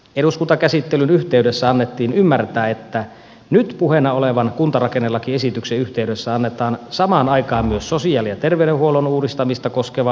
eduskuntakäsittelyn yhteydessä annettiin ymmärtää että nyt puheena olevan kuntarakennelakiesityksen yhteydessä annetaan samaan aikaan myös sosiaali ja terveydenhuollon uudistamista koskeva lakiesitys